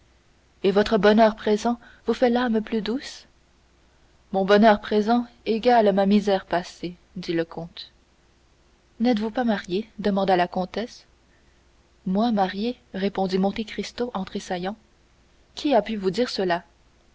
et votre bonheur présent vous fait l'âme plus douce mon bonheur présent égale ma misère passée dit le comte n'êtes-vous pas marié demanda la comtesse moi marié répondit monte cristo en tressaillant qui a pu vous dire cela